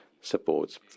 supports